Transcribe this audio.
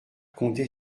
condé